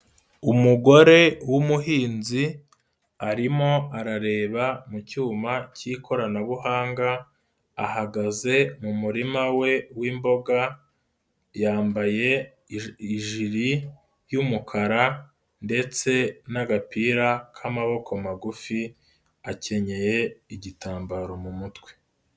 Umugore w'umuhinzi arimo arareba mu cyuma k'ikoranabuhanga ahagaze mu murima we w'imboga, yambaye ijiri yumukara ndetse n'agapira k'amaboko magufi akenyeye igitambaro mu mutwe.